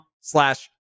slash